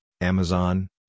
Amazon